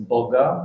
Boga